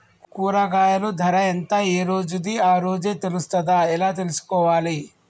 కూరగాయలు ధర ఎంత ఏ రోజుది ఆ రోజే తెలుస్తదా ఎలా తెలుసుకోవాలి?